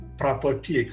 property